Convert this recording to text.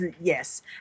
yes